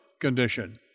condition